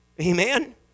Amen